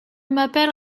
m’appelle